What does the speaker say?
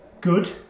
good